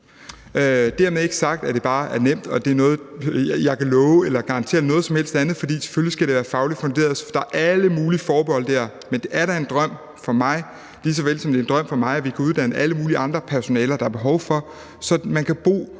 Dermed ikke sagt, at det bare er nemt, og at det er noget, jeg kan love eller garantere noget som helst om, for selvfølgelig skal det være fagligt funderet. Der er alle mulige forbehold der. Men det er da en drøm for mig, lige såvel som det er en drøm for mig, at vi kan uddanne alle mulige andre personaler, der er behov for, så man kan bo